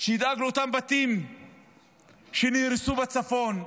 שידאג לאותם בתים שנהרסו בצפון,